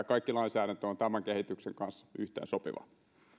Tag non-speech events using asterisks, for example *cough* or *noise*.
*unintelligible* kaikki lainsäädäntö on tämän kehityksen kanssa yhteensopivaa